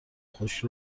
خشک